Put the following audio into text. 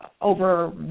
over